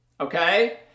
Okay